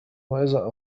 وإذا